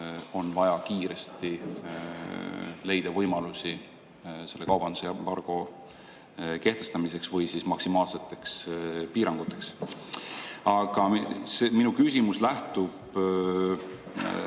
on vaja kiiresti leida võimalusi selle kaubandusembargo kehtestamiseks või siis maksimaalseteks piiranguteks. Aga minu küsimus lähtub